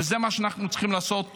וזה מה שאנחנו צריכים לעשות.